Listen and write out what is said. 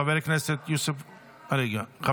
חבר הכנסת יוסף עטאונה.